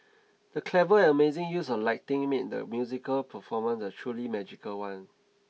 the clever and amazing use of lighting made the musical performance a truly magical one